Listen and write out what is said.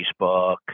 Facebook